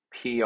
PR